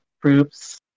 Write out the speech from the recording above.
groups